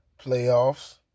playoffs